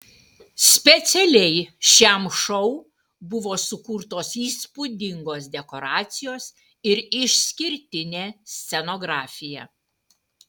specialiai šiam šou buvo sukurtos įspūdingos dekoracijos ir išskirtinė scenografija